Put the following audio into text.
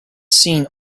seen